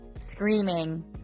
screaming